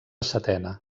setena